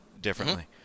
differently